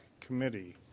committee